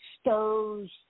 stirs